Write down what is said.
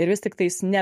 ir vis tiktais ne